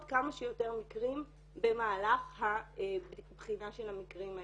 כמה שיותר מקרים במהלך הבחינה של המקרים האלה.